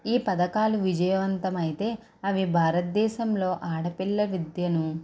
ఈ పథకాలు విజయవంతం అయితే అవి భారతదేశంలో ఆడపిల్ల విద్యను